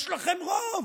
יש לכם רוב,